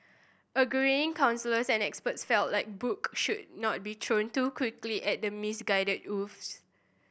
agreeing counsellors and experts felt that book should not be thrown too quickly at the misguided youths